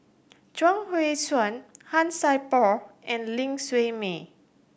Chuang Hui Tsuan Han Sai Por and Ling Siew May